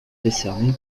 décerné